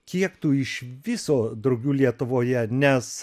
kiek tų iš viso drugių lietuvoje nes